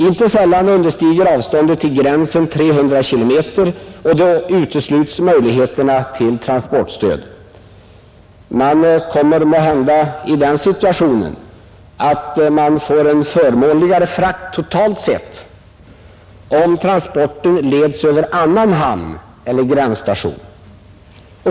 Inte sällan understiger avståndet till gränsen 300 km, vilket utesluter möjligheterna till transportstöd. Man kommer måhända då i den situationen att man får en förmånligare frakt, totalt sett, om transporten leds över annan hamn eller gränsstation.